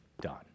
done